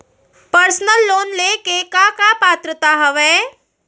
Personal loan ले के का का पात्रता का हवय?